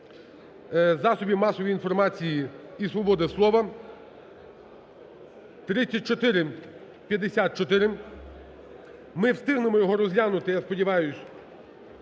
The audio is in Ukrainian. засобів масової інформації і свободи слова – 3454. Ми встигнемо його розглянути, я сподіваюсь,